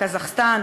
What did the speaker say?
קזחסטן,